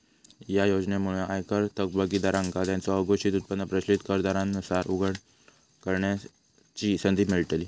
या योजनेमुळे आयकर थकबाकीदारांका त्यांचो अघोषित उत्पन्न प्रचलित कर दरांनुसार उघड करण्याची संधी मिळतली